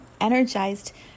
energized